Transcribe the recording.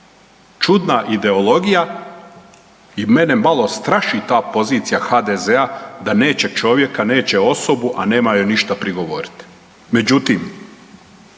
Čudna ideologija i mene malo straši ta pozicija HDZ-a da neće čovjeka, neće osobu, a nema joj ništa prigovorit.